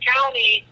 County